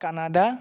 Canada